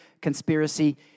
conspiracy